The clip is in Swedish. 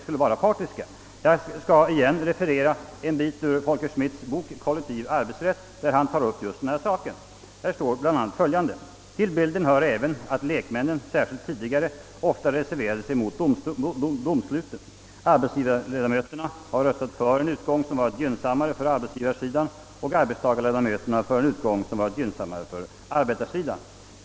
Jag ber att åter få citera ett stycke ur Folke Schmidts bok Kollektiv arbetsrätt, där han tar upp denna sak och bl.a. skriver följande: »Till bilden hör även, att lekmännen, särskilt tidigare, ofta reserverat sig mot domsluten. Arbetsgivareledamöterna har röstat för en utgång som varit gynnsammare för arbetsgivaresidan och arbetstagareledamöterna för en utgång som varit gynnsammare för arbetstagaresidan.